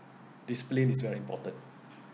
discipline is very important